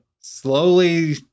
slowly